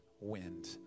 wind